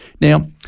Now